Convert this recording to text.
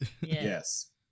Yes